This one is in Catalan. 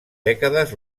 dècades